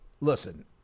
Listen